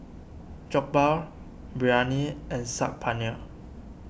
Jokbal Biryani and Saag Paneer